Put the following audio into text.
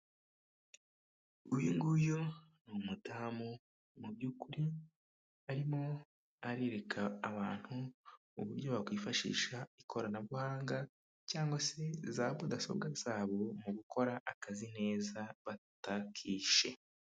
Uyu nguyu ni umudamu mu byukuri arimo arereka abantu uburyo wakwifashisha ikoranabuhanga cyangwa se za mudasobwa zabo mu gukora akazi neza batakishe.